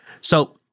So-